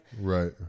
Right